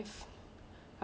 anything can exist